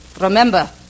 remember